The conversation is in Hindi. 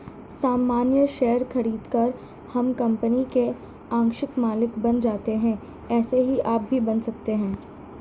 सामान्य शेयर खरीदकर हम कंपनी के आंशिक मालिक बन जाते है ऐसे ही आप भी बन सकते है